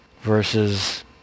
versus